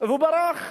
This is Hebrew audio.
הוא ברח.